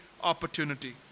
opportunity